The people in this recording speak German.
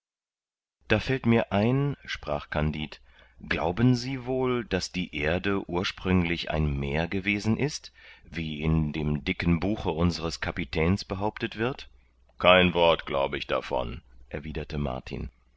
da fällt mir ein sprach kandid glauben sie wohl daß die erde ursprünglich ein meer gewesen ist wie in dem dicken buche unsers kapitäns behauptet wird kein wort glaub ich davon erwiderte martin